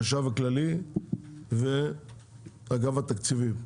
החשב הכללי ואגף התקציבים,